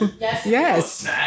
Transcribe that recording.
Yes